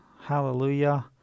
hallelujah